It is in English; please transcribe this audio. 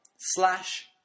slash